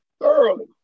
thoroughly